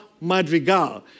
Madrigal